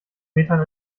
metern